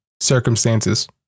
circumstances